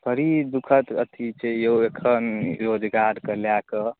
बड़ी दुखद अथी छै यौ एखन रोजगारके लए कऽ